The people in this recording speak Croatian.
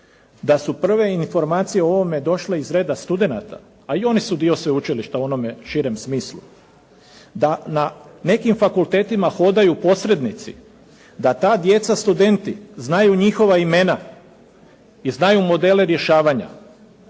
da su prve informacije o ovome došle iz reda studenata a i oni su dio sveučilišta u onom širem smislu. Da na nekim fakultetima hodaju posrednici. Da ta djeca studenti znaju njihova imena i znaju modele rješavanja.